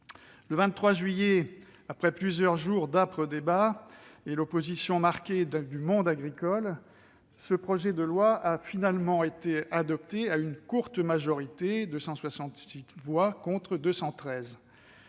Le 23 juillet, après plusieurs jours d'âpres débats et l'opposition marquée du monde agricole, ce texte a finalement été adopté à une courte majorité, par 266 voix contre 213.